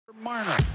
Marner